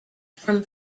from